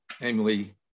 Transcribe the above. namely